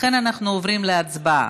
לכן אנחנו עוברים להצבעה.